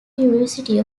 university